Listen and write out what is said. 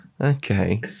Okay